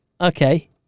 Okay